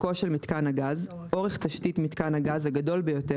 "אורכו של מיתקן הגז" אורך תשתית מיתקן הגז הגדול ביותר